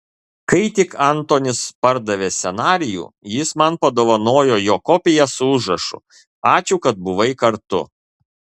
kai tik antonis pardavė scenarijų jis man padovanojo jo kopiją su užrašu ačiū kad buvai kartu